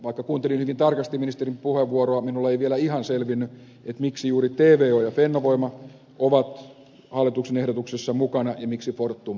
vaikka kuuntelin hyvin tarkasti ministerin puheenvuoroa minulle ei vielä ihan selvinnyt miksi juuri tvo ja fennovoima ovat hallituksen ehdotuksessa mukana ja miksi fortum ei ole